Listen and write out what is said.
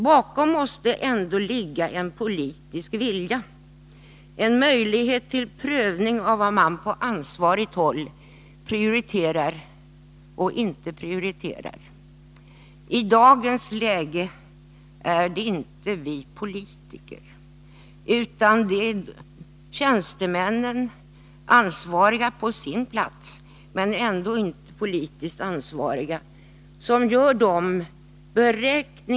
Bakom direktiven måste också ligga en politisk vilja som ger oss möjlighet att pröva det man på ansvarigt håll prioriterar eller inte prioriterar. I dagens läge är det inte vi politiker som gör de beräkningar och bedömningar som vi så småningom får ta ställning till, utan det är tjänstemän.